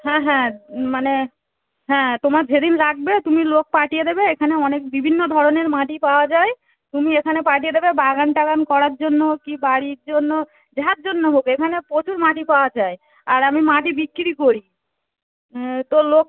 হ্যাঁ হ্যাঁ মানে হ্যাঁ তোমার যেদিন লাগবে তুমি লোক পাঠিয়ে দেবে এখানে অনেক বিভিন্ন ধরনের মাটি পাওয়া যায় তুমি এখানে পাঠিয়ে দেবে বাগান টাগান করার জন্য কি বাড়ির জন্য যার জন্য হোক এখানে প্রচুর মাটি পাওয়া যায় আর আমি মাটি বিক্রি করি তো লোক